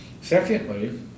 Secondly